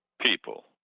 people